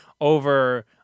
over